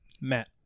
Matt